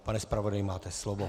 Pane zpravodaji, máte slovo.